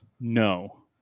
no